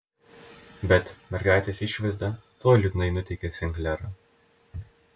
bet mergaitės išvaizda tuoj liūdnai nuteikė sen klerą